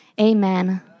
amen